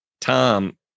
Tom